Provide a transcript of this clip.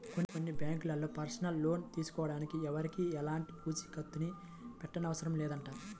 కొన్ని బ్యాంకుల్లో personal loan తీసుకోడానికి ఎవరికీ ఎలాంటి పూచీకత్తుని పెట్టనవసరం లేదంట